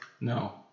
No